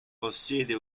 possiede